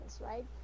right